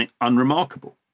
unremarkable